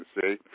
See